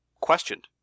questioned